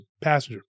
passenger